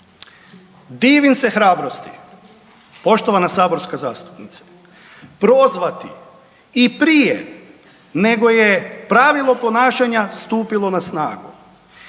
Divim se hrabrosti, poštovana saborska zastupnice prozvati i prije nego je pravilo ponašanja stupilo na snagu.